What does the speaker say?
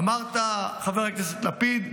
אמרת, חבר הכנסת לפיד: